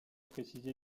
précisé